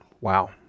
Wow